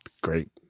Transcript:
great